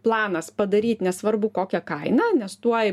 planas padaryt nesvarbu kokia kaina nes tuoj